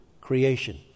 creation